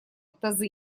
тазы